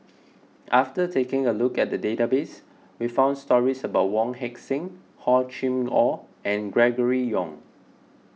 after taking a look at the database we found stories about Wong Heck Sing Hor Chim or and Gregory Yong